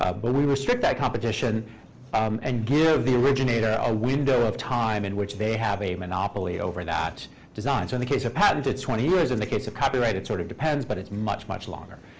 ah but we restrict that competition um and give the originator a window of time in which they have a monopoly over that design. so in the case of patent, it's twenty years. in the case of copyright, it sort of depends, but it's much, much longer.